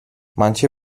manche